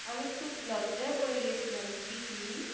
আমি খুব লজ্জায় পড়ে গিয়েছিলাম ঠিকই